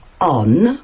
on